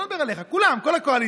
אני לא מדבר עליך, כולם, כל הקואליציה.